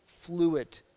fluid